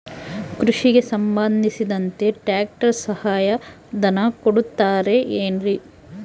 ಕೃಷಿಗೆ ಸಂಬಂಧಿಸಿದಂತೆ ಟ್ರ್ಯಾಕ್ಟರ್ ಸಹಾಯಧನ ಕೊಡುತ್ತಾರೆ ಏನ್ರಿ?